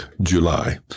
July